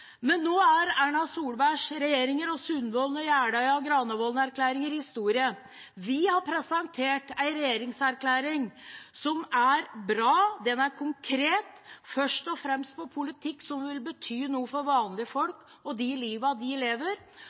Men nå er Erna Solbergs regjeringer og Sundvolden- og Jeløya- og Granavolden-plattformen historie. Vi har presentert en regjeringserklæring som er bra. Den er konkret, først og fremst på politikk som vil bety noe for vanlige folk og det livet de lever,